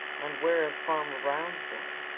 and where is farmer brown's boy?